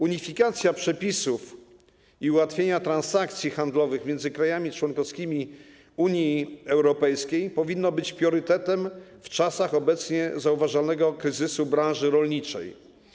Unifikacja przepisów i ułatwienie transakcji handlowych między krajami członkowskimi Unii Europejskiej powinno być priorytetem w czasach obecnie zauważalnego kryzysu branży rolniczej.